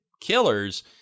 killers